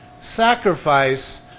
sacrifice